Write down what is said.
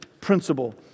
principle